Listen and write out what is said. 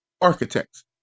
architects